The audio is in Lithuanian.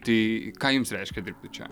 tai ką jums reiškia dirbti čia